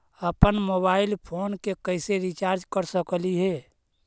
अप्पन mobile phone के कैसे रिचार्ज कर सकली हे?